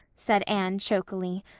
said anne, chokily.